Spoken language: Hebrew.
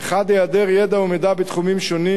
1. היעדר ידע ומידע בתחומים שונים,